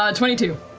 ah twenty two.